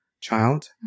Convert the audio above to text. child